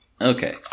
Okay